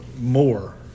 more